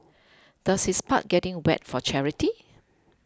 does his part getting wet for charity